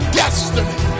destiny